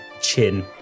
chin